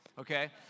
okay